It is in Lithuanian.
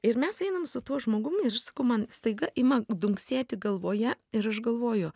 ir mes einam su tuo žmogumi ir sakau man staiga ima dunksėti galvoje ir aš galvoju